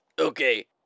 Okay